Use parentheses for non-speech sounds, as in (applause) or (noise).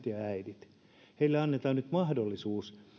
(unintelligible) ja äideille annetaan nyt mahdollisuus